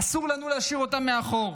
אסור לנו להשאיר אותם מאחור.